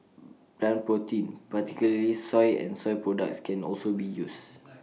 plant protein particularly soy and soy products can also be used